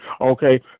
Okay